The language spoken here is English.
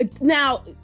Now